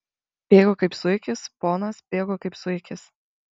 bėgu kaip zuikis ponas bėgu kaip zuikis